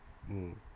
mm